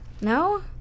No